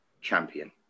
champion